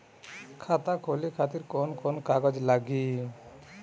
खाता खोले खातिर कौन कौन कागज लागी?